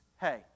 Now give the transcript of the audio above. Hey